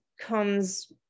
comes